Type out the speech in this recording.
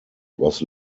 was